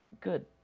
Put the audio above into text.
good